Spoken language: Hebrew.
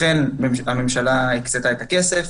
לכן הממשלה הקצתה את הכסף,